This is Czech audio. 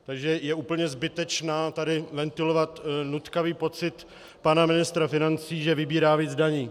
Takže je úplně zbytečné tady ventilovat nutkavý pocit pana ministra financí, že vybírá víc daní.